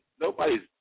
nobody's